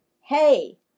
hey